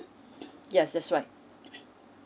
yes that's right